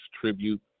tribute